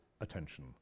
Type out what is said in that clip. attention